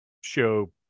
show